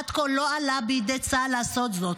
עד כה לא עלה בידי צה"ל לעשות זאת,